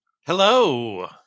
Hello